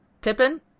Pippin